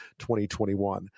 2021